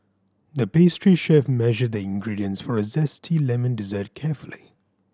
the pastry chef measured the ingredients for a zesty lemon dessert carefully